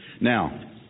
Now